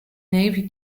navy